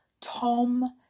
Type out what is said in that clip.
Tom